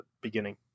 beginning